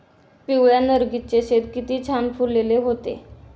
पिवळ्या नर्गिसचे शेत किती छान फुलले होते